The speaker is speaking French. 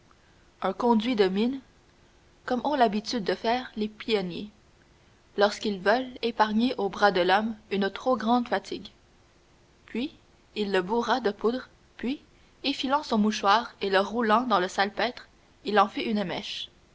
un conduit de mine comme ont l'habitude de faire les pionniers lorsqu'ils veulent épargner au bras de l'homme une trop grande fatigue puis il le bourra de poudre puis effilant son mouchoir et le roulant dans le salpêtre il en fit une mèche